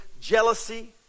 jealousy